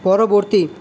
পরবর্তী